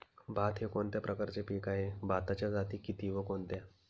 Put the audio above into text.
भात हे कोणत्या प्रकारचे पीक आहे? भाताच्या जाती किती व कोणत्या?